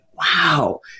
wow